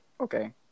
Okay